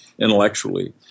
intellectually